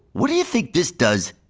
what do you think this does?